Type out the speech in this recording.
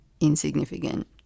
insignificant